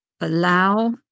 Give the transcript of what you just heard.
allow